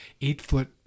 eight-foot